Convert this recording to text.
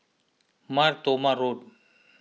Mar Thoma Road